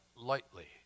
lightly